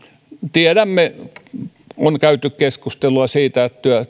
tiedämme on käyty keskustelua siitä